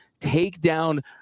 takedown